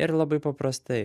ir labai paprastai